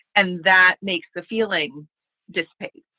and that makes the feeling dissipate.